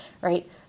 right